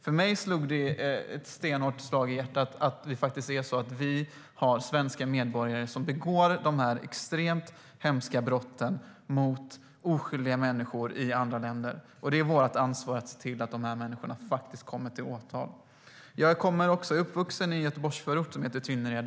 För mig slog det ett stenhårt slag i hjärtat att vi faktiskt har svenska medborgare som begår de här extremt hemska brotten mot oskyldiga människor i andra länder. Det är vårt ansvar att se till att de här människorna kommer till åtal. Jag är uppvuxen i en Göteborgsförort som heter Tynnered.